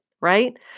right